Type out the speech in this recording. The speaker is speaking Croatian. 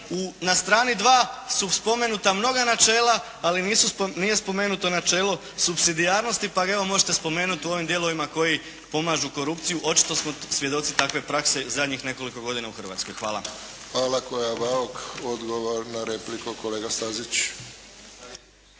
na strani 2 su spomenuta mnoga načela ali nije spomenuto načelo subsidijarnosti pa ga evo možete spomenuti u ovim dijelovima koji pomažu korupciju. Očito smo svjedoci takve prakse zadnjih nekoliko godina u Hrvatskoj. Hvala. **Friščić, Josip (HSS)** Hvala kolega Bauk. Odgovor na repliku kolega Stazić.